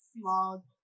small